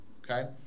okay